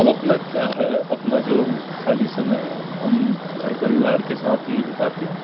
अब अपना क्या है अपना जो खाली समय है हम घर परिवार के साथ ही बिताते हैं